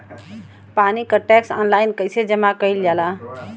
पानी क tax online कईसे जमा कईल जाला?